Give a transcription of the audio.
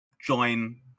join